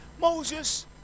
Moses